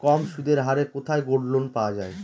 কম সুদের হারে কোথায় গোল্ডলোন পাওয়া য়ায়?